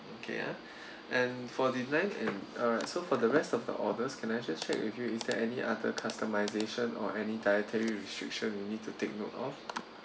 okay ah and for the nine and alright so for the rest of the orders can I just check with you is there any other customisation or any dietary restriction we need to take note of